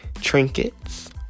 Trinkets